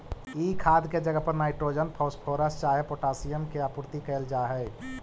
ई खाद के जगह पर नाइट्रोजन, फॉस्फोरस चाहे पोटाशियम के आपूर्ति कयल जा हई